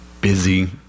busy